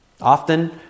Often